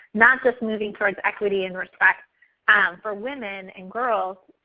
not just moving towards equity and respect for women and girls,